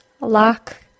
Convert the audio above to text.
lock